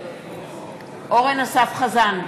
אורן אסף חזן,